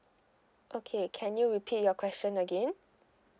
okay can you repeat your question again